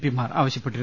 പിമാർ ആവശ്യപ്പെട്ടു